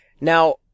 Now